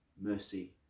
mercy